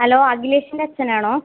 hello അഖിലേഷിൻ്റെ അച്ഛനാണോ